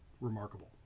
remarkable